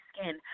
skin